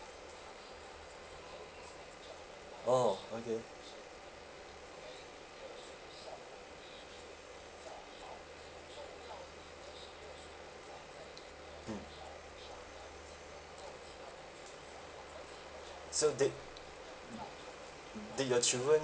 orh okay mm so did did your children